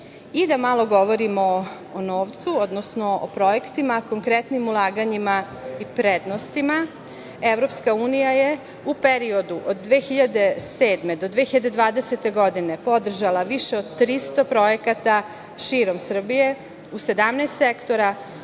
da malo govorimo o novcu, odnosno o projektima, konkretnim ulaganjima i prednostima. Evropska unija je u periodu od 2007. do 2020. godine podržala više od 300 projekata širom Srbije u 17 sektora,